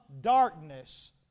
darkness